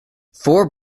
four